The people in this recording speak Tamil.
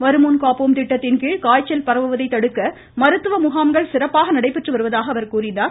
வருமுன் காப்போம் திட்டத்தின்கீழ் காய்ச்சல் பரவுவதை தடுக்க மருத்துவ முகாம்கள் சிறப்பாக நடைபெற்று வருவதாக கூறினார்